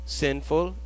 sinful